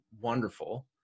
wonderful